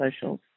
socials